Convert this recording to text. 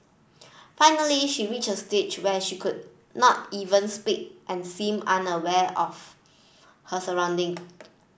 finally she reached a stage when she could not even speak and seemed unaware of her surrounding